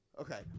Okay